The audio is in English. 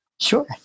Sure